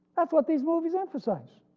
that's what these movies emphasize.